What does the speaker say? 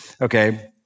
Okay